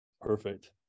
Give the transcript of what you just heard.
Perfect